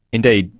indeed.